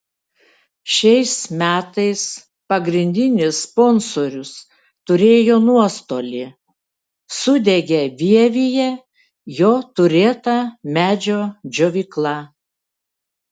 šiais metais pagrindinis sponsorius turėjo nuostolį sudegė vievyje jo turėta medžio džiovykla